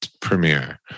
premiere